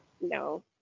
no